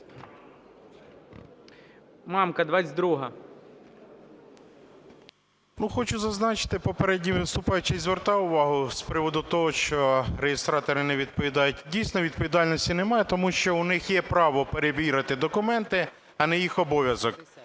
Г.М. Ну, хочу зазначити, попередній виступаючий звертав увагу з приводу того, що реєстратори не відповідають. Дійсно, відповідальності немає, тому що в них є право перевірити документи, а не їх обов'язок.